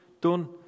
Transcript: done